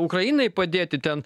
ukrainai padėti ten